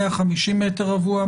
150 מטר רבוע?